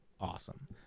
awesome